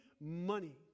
money